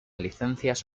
licencias